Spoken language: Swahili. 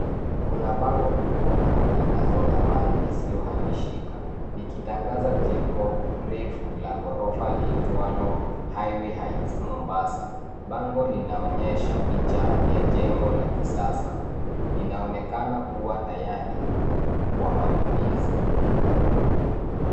Kuna bango kubwa la matangazo la mali isiyohamishika likitangaza jengo refu la ghorofa liitwalo Highway Heights Mombasa. Bango linaonyesha picha ya jengo la kisasa, linaonekana kuwa tayari kwa matumizi.